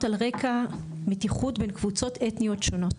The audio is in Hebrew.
על רקע מתיחות בין קבוצות אתניות שונות.